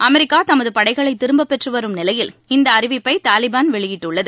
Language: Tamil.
அமெரிக்கா தமது படைகளை திரும்பப் பெற்று வரும் நிலையில் இந்த அறிவிப்பை தாலிபான் வெளியிட்டுள்ளது